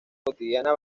cotidiana